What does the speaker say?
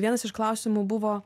vienas iš klausimų buvo